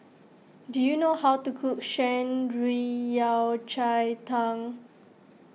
do you know how to cook Shan Rui Yao Cai Tang